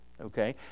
okay